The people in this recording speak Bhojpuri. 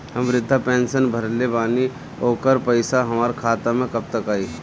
हम विर्धा पैंसैन भरले बानी ओकर पईसा हमार खाता मे कब तक आई?